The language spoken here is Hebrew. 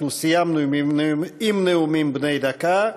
אנחנו סיימנו עם נאומים בני דקה.